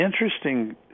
interesting